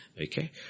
Okay